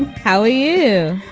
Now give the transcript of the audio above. how are you?